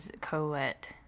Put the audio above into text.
Colette